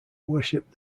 worshipped